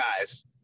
guys